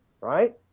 right